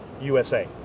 USA